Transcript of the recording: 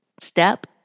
Step